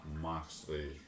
Moxley